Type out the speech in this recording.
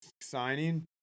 signing